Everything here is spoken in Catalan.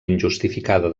injustificada